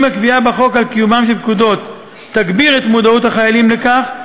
אם הקביעה בחוק על קיומן של פקודות תגביר את מודעות החיילים לכך,